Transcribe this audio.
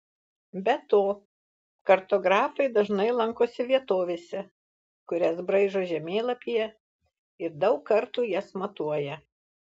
be to kartografai dažnai lankosi vietovėse kurias braižo žemėlapyje ir daug kartų jas matuoja